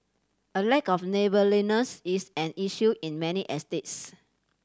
a lack of neighbourliness is an issue in many estates